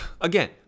again